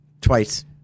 Twice